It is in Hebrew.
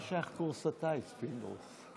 מה שייך קורס הטיס, פינדרוס?